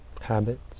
Habits